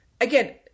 Again